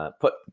put